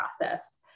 process